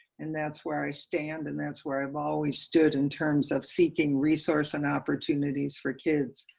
and thats' where i stand, and that's where i've always stood in terms of seeking resource and opportunities for kids.